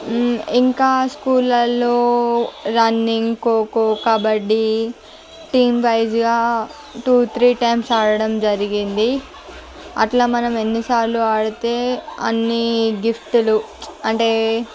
ఇంకా స్కూల్లలో రన్నింగ్ ఖోఖో కబడ్డీ టీమ్వైజ్గా టూ త్రీ టైమ్స్ ఆడడం జరిగింది అట్లా మనం ఎన్నిసార్లు ఆడితే అన్ని గిఫ్టులు అంటే